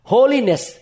Holiness